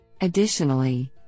Additionally